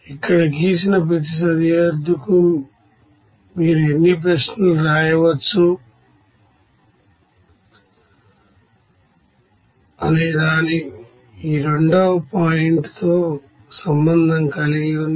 అక్కడ గీసిన ప్రతి సరిహద్దుకు మీరు ఎన్ని ప్రశ్నలు రాయవచ్చు అనే దానితో ఇది రెండవ పాయింట్ తో సంబంధం కలిగి ఉంది